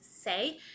say